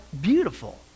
beautiful